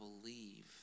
believe